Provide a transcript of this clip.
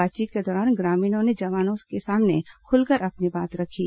बातचीत के दौरान ग्रामीणों ने जवानों के सामने खुलकर अपनी बातें रखीं